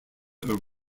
are